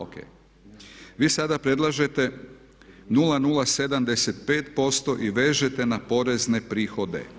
O.k. Vi sada predlažete 0,075% i vežete na porezne prihode.